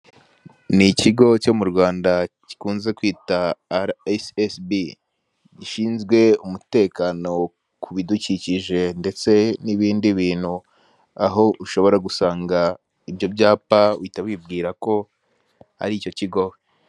Ni ikigo cyo m'urwanda gikunze kwitwa RSSB gishinzwe umutekano kubidukikije ndetse nibindi bintu, aho ushobora gusanga ibyo byapa uhita wibwira ko ari icyo kigo.